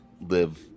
live